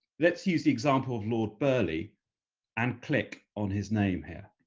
let's use the example of lord burghley and click on his name here.